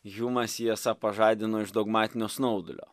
hjumas jį esą pažadino iš dogmatinio snaudulio